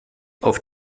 auf